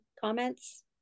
comments